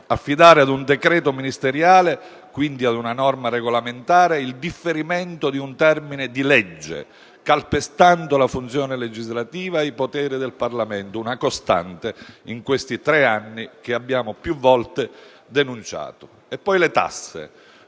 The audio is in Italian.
affidare ad un decreto ministeriale, quindi ad una norma regolamentare, il differimento di un termine di legge, calpestando la funzione legislativa e i poteri del Parlamento. Si tratta di una costante di questi tre anni che abbiano più volte denunziato. Parlo poi delle tasse.